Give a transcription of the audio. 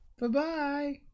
Bye-bye